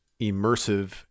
immersive